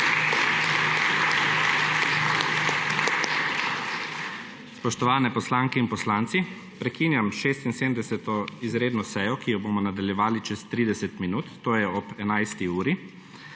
Spoštovane poslanke in poslanci prekinjam 76. izredno sejo, ki jo bomo nadaljevali čez 30 minut to je ob 11. uri.